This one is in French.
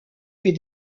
fait